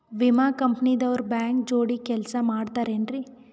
ವಿಮಾ ಕಂಪನಿ ದವ್ರು ಬ್ಯಾಂಕ ಜೋಡಿ ಕೆಲ್ಸ ಮಾಡತಾರೆನ್ರಿ?